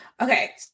okay